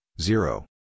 zero